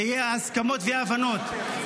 ויהיו הסכמות ויהיו הבנות.